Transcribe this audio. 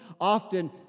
often